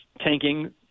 tanking